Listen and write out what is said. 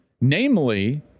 Namely